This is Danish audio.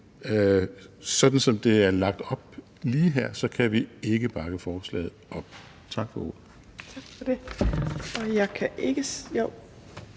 sådan som det er lagt op lige her, kan vi ikke bakke forslaget op. Tak for ordet.